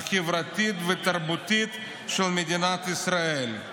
החברתית והתרבותית של מדינת ישראל.